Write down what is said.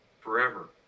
forever